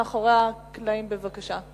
מאחורי הקלעים בבקשה.